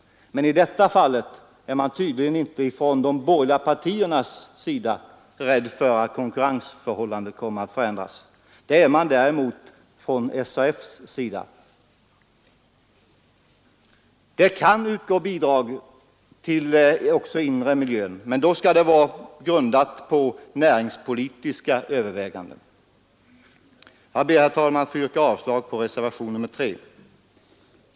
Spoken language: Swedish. Men i detta fall är de borgerliga partierna tydligen inte rädda för att konkurrensförhållandena skall ändras. Det är man däremot inom SAF. Det kan utgå bidrag också till åtgärder för att förbättra den inre arbetsmiljön, men denna bidragsgivning skall grundas på näringspolitiska överväganden. Herr talman, jag ber att få yrka avslag på reservationen 3.